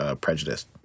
prejudice